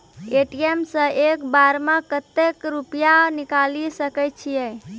ATM सऽ एक बार म कत्तेक रुपिया निकालि सकै छियै?